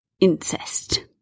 incest